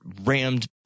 rammed